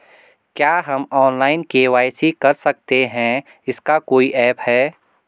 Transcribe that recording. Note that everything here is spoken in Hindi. क्या हम ऑनलाइन के.वाई.सी कर सकते हैं इसका कोई ऐप है?